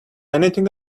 anything